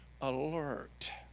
alert